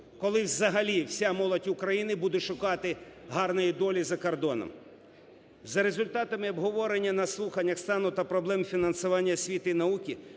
коли взагалі вся молодь України буде шукати "гарної долі" за кордоном. За результатами обговорення на слуханнях стану та проблем фінансування освіти і науки